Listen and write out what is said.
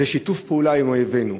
זה שיתוף פעולה עם אויבינו.